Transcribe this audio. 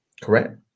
Correct